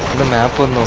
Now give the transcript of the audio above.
the map would